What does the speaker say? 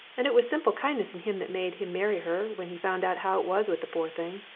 and it was simple kindness in him that made him marry her when he found out how it was with the poor thing.